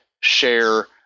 share